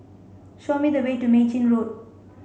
show me the way to Mei Chin Road